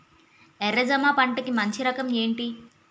ఎర్ర జమ పంట కి మంచి రకం ఏంటి?